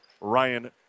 Ryan